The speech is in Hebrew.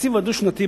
התקציב הדו-שנתי,